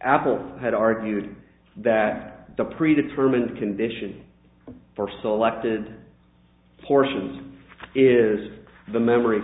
apple had argued that the pre determined condition for selected portions is the memory